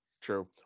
True